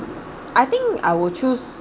I think I will choose